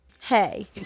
hey